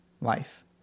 life